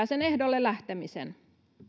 sen ehdolle lähtemisen